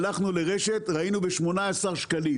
הלכנו לרשת ושם ראינו את זה ב-18 שקלים.